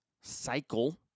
cycle